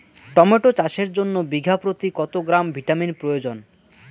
Tomato চাষের জন্য বিঘা প্রতি কত গ্রাম ভিটামিন প্রয়োজন?